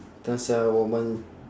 等下我们